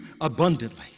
abundantly